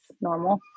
normal